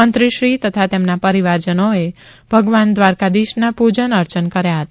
મંત્રીશ્રી તથા તેમના પરીવારજનોએ ભગવાન દ્વારકાધીશના પૂજન અર્ચન કર્યા હતા